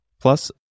Plus